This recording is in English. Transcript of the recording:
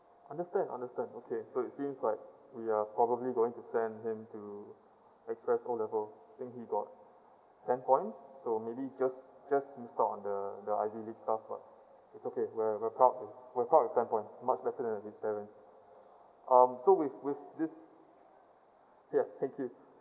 understand understand so it seems like we are probably going to send him to express O level think he got ten points so just just missed out on the the ivy league stuff [one] it's okay we~ we're proud with we are proud with ten points much better than his parents um so with with this ya thank you